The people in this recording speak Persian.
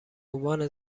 عنوان